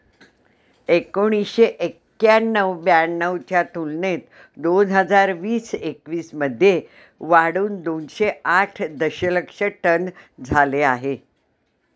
एकोणीसशे एक्क्याण्णव ब्याण्णव च्या तुलनेत दोन हजार वीस एकवीस मध्ये वाढून दोनशे आठ दशलक्ष टन झाले आहे